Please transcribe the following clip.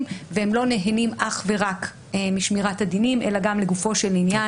והם לא נהנים אך ורק משמירת הדינים אלא גם לגופו של עניין.